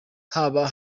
haba